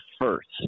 first